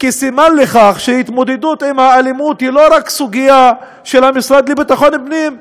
כסימן לכך שהתמודדות עם האלימות היא לא רק סוגיה של המשרד לביטחון פנים,